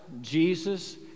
Jesus